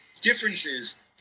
differences